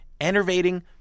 enervating